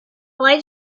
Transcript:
light